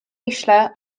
uaisle